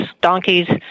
donkeys